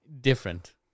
different